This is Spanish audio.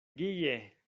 guille